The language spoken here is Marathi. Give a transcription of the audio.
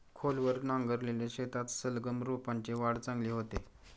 खोलवर नांगरलेल्या शेतात सलगम रोपांची वाढ चांगली होते